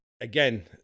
again